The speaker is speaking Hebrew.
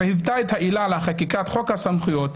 היוותה את העילה לחקיקת חוק הסמכויות,